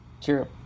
Cheers